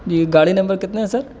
جی گاڑی نمبر کتنا ہے سر